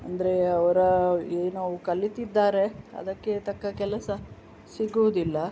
ಅಂದರೆ ಅವರು ಏನೋ ಕಲಿತಿದ್ದಾರೆ ಅದಕ್ಕೆ ತಕ್ಕ ಕೆಲಸ ಸಿಗುವುದಿಲ್ಲ